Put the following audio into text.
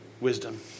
wisdom